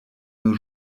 nos